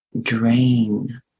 drain